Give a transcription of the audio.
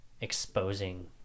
exposing